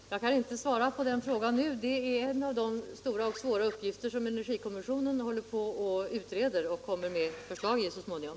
Herr talman! Jag kan inte svara på den frågan nu. Energipriset är en av de stora och svåra frågor som energikommissionen håller på att utreda och kommer att framlägga förslag om så småningom.